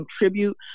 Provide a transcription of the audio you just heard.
contribute